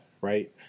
right